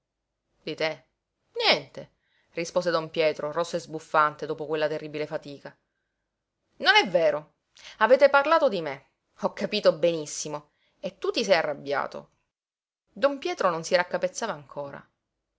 te niente rispose don pietro rosso e sbuffante dopo quella terribile fatica non è vero avete parlato di me ho capito benissimo e tu ti sei arrabbiato don pietro non si raccapezzava ancora